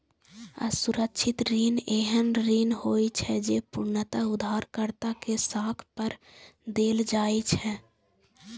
असुरक्षित ऋण एहन ऋण होइ छै, जे पूर्णतः उधारकर्ता के साख पर देल जाइ छै